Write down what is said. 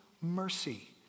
mercy